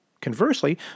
Conversely